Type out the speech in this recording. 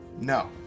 No